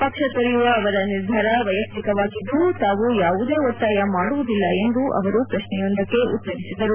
ಪಕ್ಷ ತೊರೆಯುವ ಅವರ ನಿರ್ಧಾರ ವೈಯಕ್ತಿಕವಾಗಿದ್ದು ತಾವು ಯಾವುದೇ ಒತ್ತಾಯ ಮಾಡುವುದಿಲ್ಲ ಎಂದು ಅವರು ಪ್ರಶ್ನೆಯೊಂದಕ್ಕೆ ಉತ್ತರಿಸಿದರು